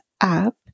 app